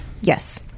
yes